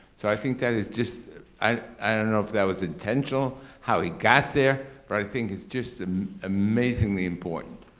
so i think that is just i don't know if that was intentional, how he got there, but i think it's just an amazingly important.